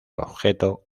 objeto